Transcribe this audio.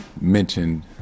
mentioned